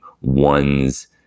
one's